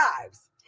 lives